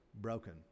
broken